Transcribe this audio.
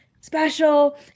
special